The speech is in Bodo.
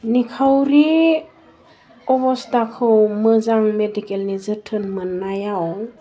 निखावरि अबस्थाखौ मोजां मेडिकेलनि जोथोन मोन्नायाव